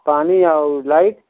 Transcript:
پانی اور لائٹ